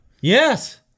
Yes